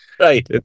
Right